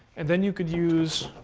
and then you can use